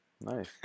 Nice